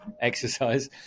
exercise